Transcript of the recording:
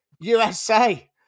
USA